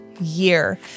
year